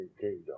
kingdom